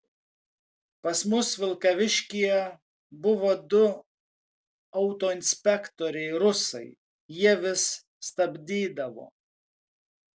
pas mus vilkaviškyje buvo du autoinspektoriai rusai jie vis stabdydavo